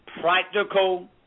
practical